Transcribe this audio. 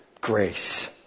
Grace